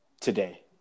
today